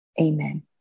Amen